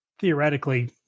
Theoretically